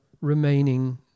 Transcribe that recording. remaining